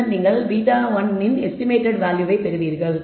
பின்னர் நீங்கள் β1 இன் எஸ்டிமேடட் வேல்யூவை பெறுவீர்கள்